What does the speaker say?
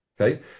Okay